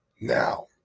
Now